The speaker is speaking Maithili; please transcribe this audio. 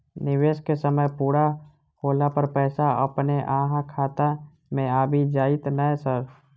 निवेश केँ समय पूरा होला पर पैसा अपने अहाँ खाता मे आबि जाइत नै सर?